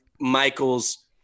Michael's